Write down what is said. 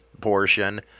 portion